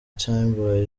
time